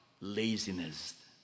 laziness